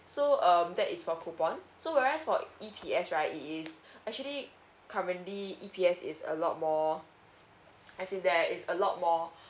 so um that is for coupon so whereas for E_P_S right it is actually currently E_P_S is a lot more as in there is a lot more